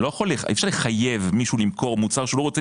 אי אפשר לחייב מישהו למכור מוצר שאינו רוצה